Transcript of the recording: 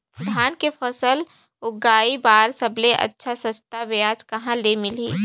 धान के फसल उगाई बार सबले अच्छा सस्ता ब्याज कहा ले मिलही?